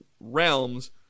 realms